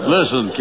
Listen